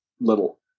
little